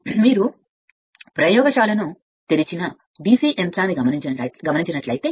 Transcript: మీరు చూస్తే మీరు ప్రయోగశాలను తెరిచిన తెరిచినన్ డిసి యంత్రాన్ని చూస్తే చేస్తారు